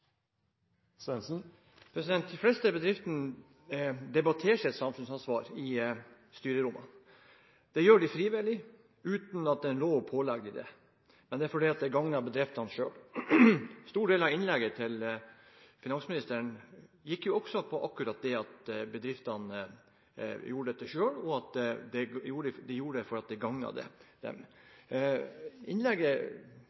De fleste bedrifter debatterer sitt samfunnsansvar i styrerommene. Det gjør de frivillig uten at en lov pålegger dem det, fordi det gagner bedriftene selv. En stor del av innlegget til finansministeren gikk akkurat på at bedriftene gjorde dette selv fordi det gagnet dem. Innlegget til statsråd Johnsen bar også preg av at